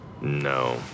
no